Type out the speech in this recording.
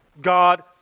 God